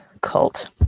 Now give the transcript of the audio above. cult